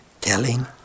telling